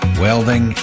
welding